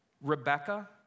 Rebecca